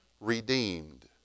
redeemed